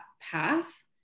path